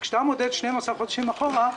כשאתה מודד 12 חודשים אחורה,